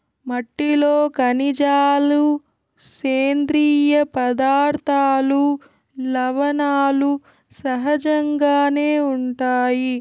మట్టిలో ఖనిజాలు, సేంద్రీయ పదార్థాలు, లవణాలు సహజంగానే ఉంటాయి